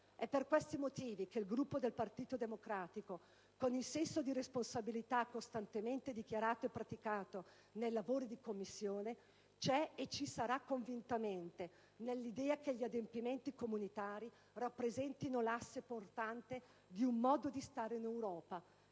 È per questi motivi che il Gruppo del Partito Democratico, con il senso di responsabilità costantemente dichiarato e praticato nei lavori di Commissione c'è e ci sarà convintamente nell'idea che gli adempimenti comunitari rappresentino l'asse portante di un modo di stare in Europa